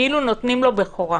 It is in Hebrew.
כאילו נותנים לו בכורה.